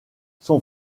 son